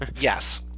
Yes